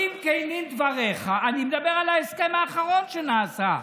אם כנים דבריך, אני מדבר על ההסכם האחרון שנעשה.